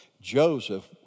Joseph